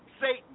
Satan